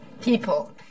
people